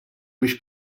biex